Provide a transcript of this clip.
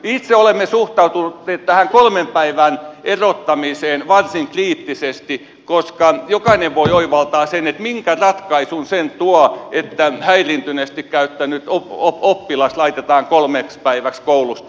itse olemme suhtautuneet tähän kolmen päivän erottamiseen varsin kriittisesti koska jokainen voi oivaltaa sen että minkä ratkaisun se tuo että häiriintyneesti käyttäytynyt oppilas laitetaan kolmeksi päiväksi koulusta pois